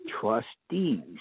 trustees